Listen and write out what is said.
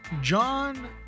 John